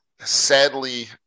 sadly